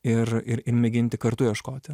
ir ir mėginti kartu ieškoti